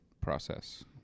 process